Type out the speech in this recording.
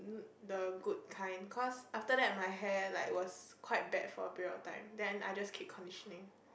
the good type cause after that my hair like was quite bad for period time then I just keep conditioning